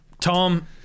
Tom